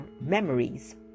memories